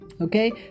Okay